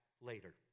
later